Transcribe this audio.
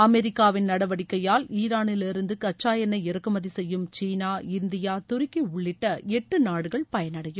அமெரிக்காவின் நடவடிக்கையால் ஈரானிலிருந்து கச்சா எண்ணெய் இறக்குமதி செய்யும் சீனா இந்தியா துருக்கி உள்ளிட்ட எட்டு நாடுகள் பயனடையும்